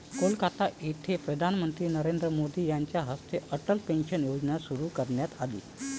कोलकाता येथे पंतप्रधान नरेंद्र मोदी यांच्या हस्ते अटल पेन्शन योजना सुरू करण्यात आली